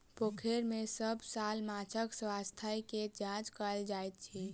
पोखैर में सभ साल माँछक स्वास्थ्य के जांच कएल जाइत अछि